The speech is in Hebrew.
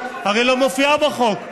תתמודד עם הטיעון.